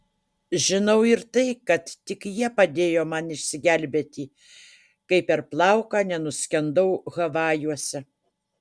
žinau ir tai kad tik jie padėjo man išsigelbėti kai per plauką nenuskendau havajuose